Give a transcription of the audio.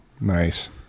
Nice